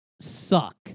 suck